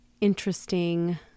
interesting